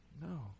no